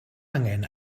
angen